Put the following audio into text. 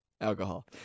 Alcohol